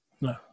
No